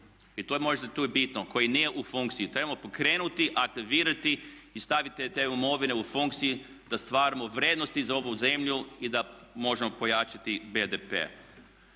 to je možda tu i bitno, koja nije u funkciji, trebamo pokrenuti, aktivirati i staviti te imovine u funkciju da stvaramo vrijednosti za ovu zemlju i da možemo pojačati BDP.